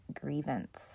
grievance